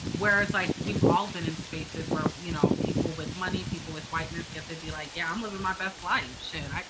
whereas i we've all been in spaces where, you know, people with money, people with whiteness get to be like, yeah, i'm living my best life. shit. like